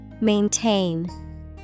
Maintain